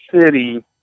city